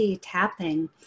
tapping